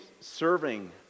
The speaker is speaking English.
serving